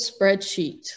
spreadsheet